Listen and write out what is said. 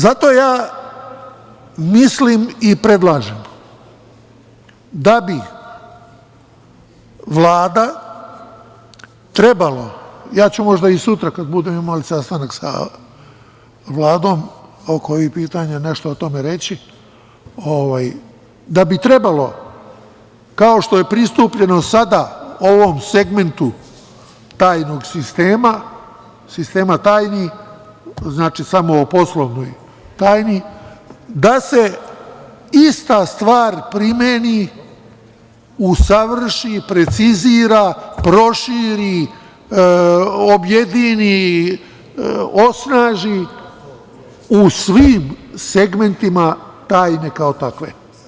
Zato mislim i predlažem da bi Vlada trebalo, ja ću možda i sutra kada budemo imali sastanak sa Vladom oko ovih pitanja nešto o tome reći, kao što je pristupljeno sada ovom segmentu sistema tajni, znači, samo o poslovnoj tajni, da se ista stvar primeni, usavrši, precizira, proširi, objedini, osnaži u svim segmentima tajni kao takvih.